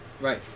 right